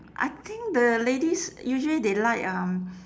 I think the ladies usually they like um